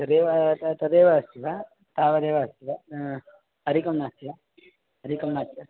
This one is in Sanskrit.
तदेव त तदेव अस्ति वा तावदेव अस्ति वा अधिकं नास्ति वा अधिकं नास्ति वा